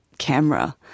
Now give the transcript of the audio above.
camera